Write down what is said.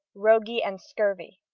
roguy, and scurvy.